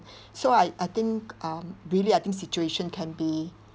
so I I think um really I think situation can be